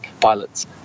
pilots